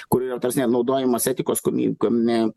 kur yra ta prasme naudojamas etikos komi kome